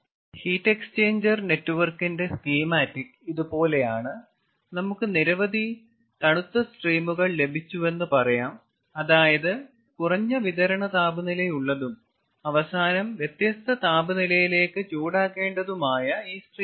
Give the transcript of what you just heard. heat exchanger നെറ്റ്വർക്കിന്റെ schematic ഇതുപോലെയാണ് നമുക്ക് നിരവധി തണുത്ത സ്ട്രീമുകൾ ലഭിച്ചുവെന്ന് പറയാം അതായത് കുറഞ്ഞ വിതരണ താപനിലയുള്ളതും അവസാനം വ്യത്യസ്ത താപനിലയിലേക്ക് ചൂടാക്കേണ്ടതുമായ ഈ സ്ട്രീമുകൾ